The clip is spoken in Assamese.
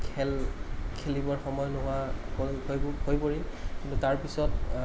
খেল খেলিবৰ সময় নোহোৱা হৈ হৈ হৈ পৰিল কিন্তু তাৰপিছত